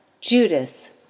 Judas